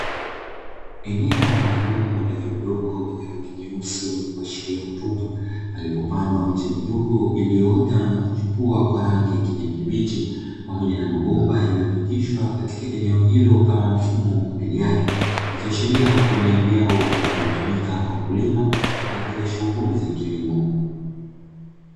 Eneo maalumu lenye udongo wenye rangi nyeusi wenye kuashiria rotuba, palipopandwa miche midogo iliyoota na kuchipua kwa rangi ya kijani kibichi, pamoja na mabomba yaliyopitishwa katika eneo hilo kama mfumo wa umwagiliaji. Ikiashiria kuwa ni eneo linalotumika na wakulima kwa ajili ya kilimo.